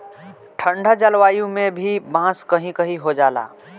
ठंडा जलवायु में भी बांस कही कही हो जाला